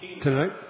tonight